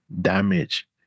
damage